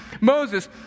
Moses